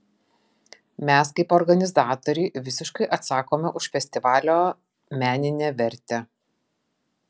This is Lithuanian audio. mes kaip organizatoriai visiškai atsakome už festivalio meninę vertę